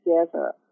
together